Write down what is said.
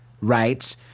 right